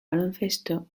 baloncesto